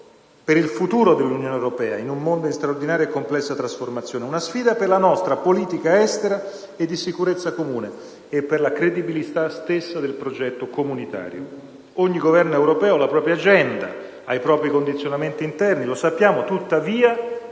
per il futuro dell'Unione europea, in un mondo in straordinaria e complessa trasformazione, una sfida per la nostra politica estera e di sicurezza comune e per la credibilità stessa del progetto comunitario. Ogni Governo europeo ha la propria agenda e i propri condizionamenti esterni: lo sappiamo. Tuttavia,